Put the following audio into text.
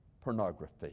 pornography